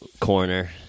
corner